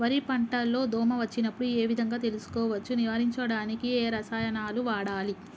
వరి పంట లో దోమ వచ్చినప్పుడు ఏ విధంగా తెలుసుకోవచ్చు? నివారించడానికి ఏ రసాయనాలు వాడాలి?